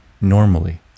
normally